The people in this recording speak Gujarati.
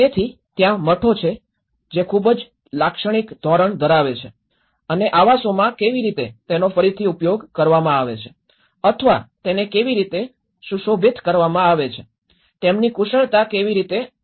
તેથી ત્યાં મઠો છે જે ખૂબ જ લાક્ષણિક ધોરણ ધરાવે છે અને આવાસોમાં કેવી રીતે તેનો ફરીથી ઉપયોગ કરવામાં આવે છે અથવા તેને કેવી રીતે સુશોભિત કરવામાં આવે છે તેમની કુશળતા કેવી રીતે આગળ મૂકવામાં આવે છે